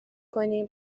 کنیم